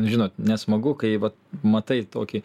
žinot nesmagu kai vat matai tokį